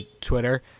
Twitter